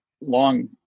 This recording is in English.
long